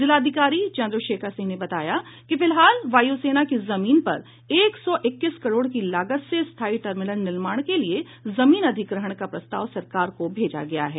जिलाधिकारी चंद्रशेखर सिंह ने बताया कि फिलहाल वायुसेना की जमीन पर एक सौ इक्कीस करोड़ की लागत से स्थायी टर्मिनल निर्माण के लिये जमीन अधिग्रहण का प्रस्ताव सरकार को भेजा गया है